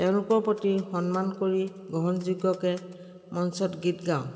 তেওঁলোকৰ প্ৰতি সন্মান কৰি গ্ৰহণযোগ্যকৈ মঞ্চত গীত গাওঁ